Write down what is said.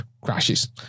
crashes